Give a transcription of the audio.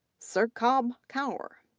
surkhab kaur,